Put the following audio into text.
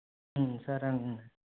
సరే అండి